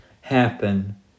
happen